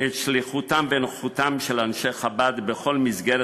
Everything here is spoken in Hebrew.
את שליחותם ונוכחותם של אנשי חב"ד בכל מסגרת